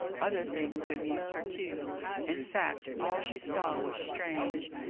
other things amused her, too in fact, all she saw was strange,